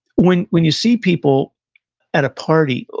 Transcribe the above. when when you see people at a party,